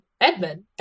Edmund